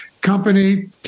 company